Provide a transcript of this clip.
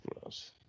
gross